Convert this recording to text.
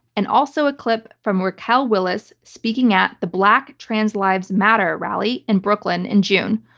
and also a clip from raquel willis speaking at the black trans lives matter rally in brooklyn in june.